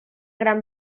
gran